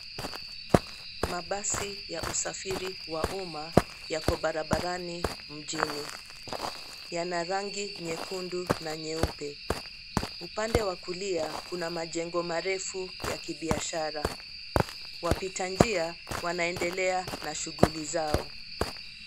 Mabasi ya usafiri wa umma yako barabarani mjini yana rangi nyekundu na nyeupe. Upande wa kulia kuna majengo marefu ya kibiashara. Wapita njia wanaendelea na shughuli zao.